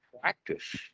practice